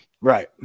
Right